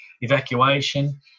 evacuation